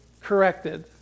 corrected